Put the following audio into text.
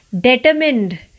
determined